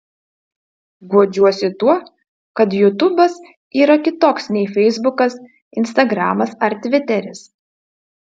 guodžiuosi tuo kad jutubas yra kitoks nei feisbukas instagramas ar tviteris